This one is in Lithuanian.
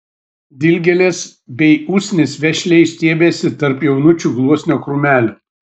dilgėlės bei usnys vešliai stiebėsi tarp jaunučių gluosnio krūmelių